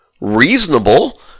reasonable